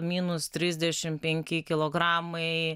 minus trisdešim penki kilogramai